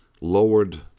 lowered